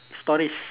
stories